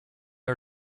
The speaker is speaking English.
are